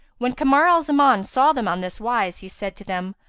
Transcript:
when kamar al-zaman saw them on this wise, he said to them,